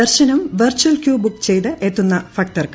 ദർശനം virtual queue book ചെയ്ത് എത്തുന്ന ഭക്തർക്ക്